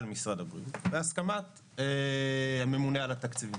משרד הבריאות בהסכמת הממונה על התקציבים.